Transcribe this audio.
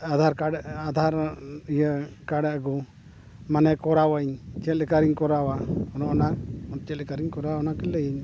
Aadhaar card Aadhaar ᱤᱭᱟᱹ card ᱟᱹᱜᱩ ᱢᱟᱱᱮ ᱠᱚᱨᱟᱣ ᱟᱹᱧ ᱪᱮᱫ ᱞᱮᱠᱟ ᱨᱤᱧ ᱠᱚᱨᱟᱣᱟ ᱚᱱᱚ ᱚᱱᱟ ᱪᱮᱫ ᱞᱮᱠᱟᱨᱤᱧ ᱠᱚᱨᱟᱣᱟ ᱚᱱᱚ ᱚᱱᱟ ᱪᱮᱫ ᱞᱮᱠᱟ ᱨᱮᱧ ᱠᱚᱨᱟᱣᱟ ᱚᱱᱟ ᱠᱟᱹᱡ ᱞᱟᱹᱭᱟᱹᱧ ᱢᱮ